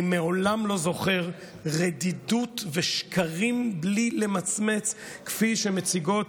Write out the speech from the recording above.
אני מעולם לא זוכר רדידות ושקרים בלי למצמץ כפי שמציגות